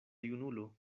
junulo